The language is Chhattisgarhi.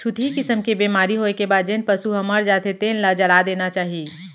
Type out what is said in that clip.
छुतही किसम के बेमारी होए के बाद जेन पसू ह मर जाथे तेन ल जला देना चाही